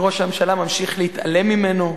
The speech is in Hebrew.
וראש הממשלה ממשיך להתעלם ממנו,